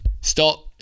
stop